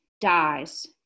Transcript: dies